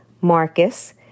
Marcus